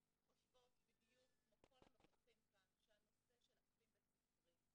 וחושבות בדיוק כמו כל הנוכחים כאן שהנושא של אקלים בית ספרי,